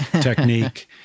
technique